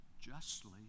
justly